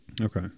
Okay